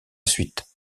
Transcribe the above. suite